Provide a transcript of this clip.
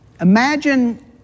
Imagine